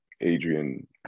Adrian